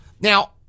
Now